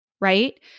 right